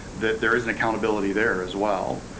that there is an accountability there as well.